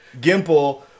Gimple